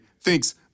thinks